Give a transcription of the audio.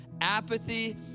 apathy